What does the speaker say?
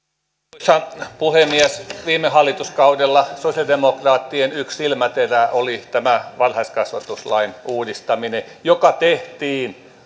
arvoisa puhemies viime hallituskaudella sosialidemokraattien yksi silmäterä oli tämä varhaiskasvatuslain uudistaminen joka tehtiin